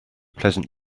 pleasant